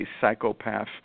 psychopath